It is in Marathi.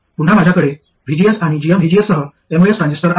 पुन्हा माझ्याकडे vgs आणि gmvgs सह एमओएस ट्रान्झिस्टर आहे